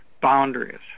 boundaries